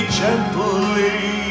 gently